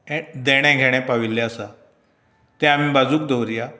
हे देणें घेणें पाविल्लें आसा तें आमी बाजूक दवरया